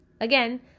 Again